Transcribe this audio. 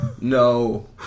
No